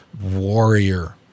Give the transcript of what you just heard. warrior